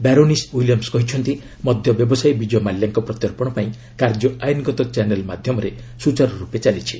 baroness Williams କହିଛନ୍ତି ମଦ୍ୟ ବ୍ୟବସାୟୀ ବିଜୟ ମାଲ୍ୟାଙ୍କ ପ୍ରତ୍ୟର୍ପଣ ପାଇଁ କାର୍ଯ୍ୟ ଆଇନଗତ ଚ୍ୟାନେଲ୍ ମାଧ୍ୟମରେ ସ୍ତଚାରୁ ରୂପେ ଚାଲିଛି